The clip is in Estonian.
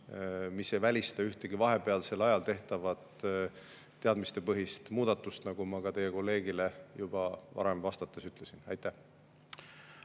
mis ei välista ühtegi vahepealsel ajal tehtavat teadmistepõhist muudatust, nagu ma teie kolleegile juba varem vastates ütlesin. Aitäh!